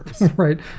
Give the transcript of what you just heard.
Right